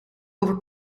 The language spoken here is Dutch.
over